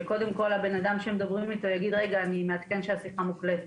שהאדם שמדברים איתו יגיד שהשיחה מוקלטת.